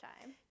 time